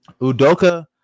Udoka